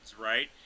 right